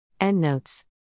Endnotes